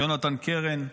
יונתן קרן,